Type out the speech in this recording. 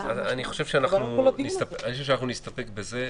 נסתפק בזה.